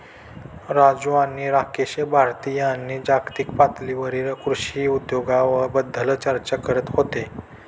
राजू आणि राकेश भारतीय आणि जागतिक पातळीवरील कृषी उद्योगाबद्दल चर्चा करत होते